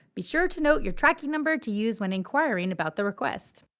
be sure to note your tracking number to use when inquiring about the request.